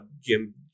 Jim